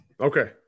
Okay